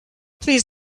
please